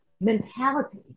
mentality